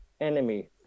enemy